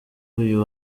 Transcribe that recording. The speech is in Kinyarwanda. uyu